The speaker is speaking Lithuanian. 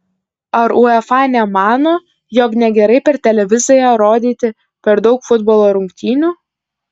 ar uefa nemano jog negerai per televiziją rodyti per daug futbolo rungtynių